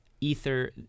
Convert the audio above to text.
Ether